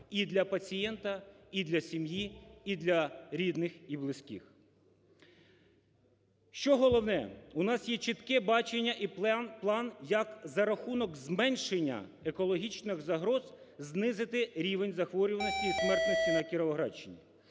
і для пацієнта, і для сім'ї, і для рідних, і близьких. Що головне, у нас є чітке бачення і план, як за рахунок зменшення екологічних загроз знизити рівень захворюваності і смертності на Кіровоградщині.